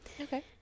Okay